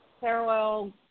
parallel